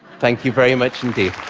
thank you very much indeed.